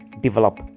develop